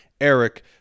Eric